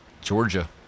Georgia